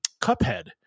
cuphead